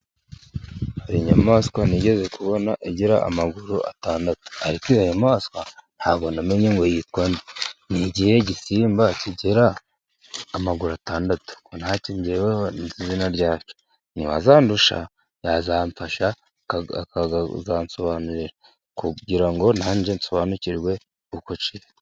Hari inyamaswa nigeze kubona igira amaguru atandatu ariko iyo nyamaswa ntabwo namenye ngo yitwa nde, ni ikihe gisimba kigira amaguru atandatu? ko ntacyo jyewe nzi izina ryacyo uwazandusha yazamfasha, akazansobanurira kugira ngo nanjye nsobanukirwe uko kiri.